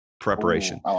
Preparation